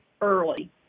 early